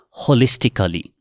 holistically